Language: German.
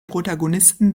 protagonisten